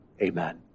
Amen